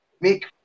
make